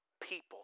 people